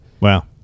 Wow